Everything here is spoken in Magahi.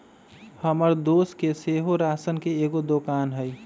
हमर दोस के सेहो राशन के एगो दोकान हइ